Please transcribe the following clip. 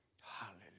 Hallelujah